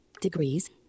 Degrees